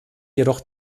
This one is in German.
jedoch